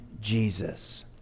Jesus